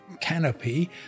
canopy